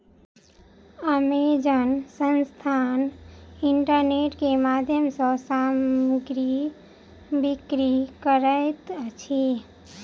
Amazon संस्थान internet के माध्यम सॅ सामग्री बिक्री करैत अछि